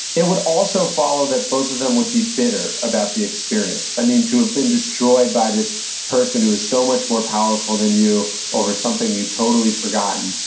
it would also follow that both of them would be bitter about the experience. i mean, to have been destroyed by this person who is so much more powerful than you over something you'd totally forgotten,